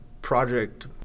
project